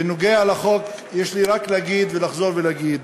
בנוגע לחוק יש לי רק לחזור ולהגיד